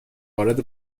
وارد